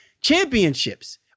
championships